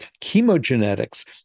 chemogenetics